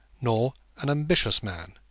nor an ambitious man.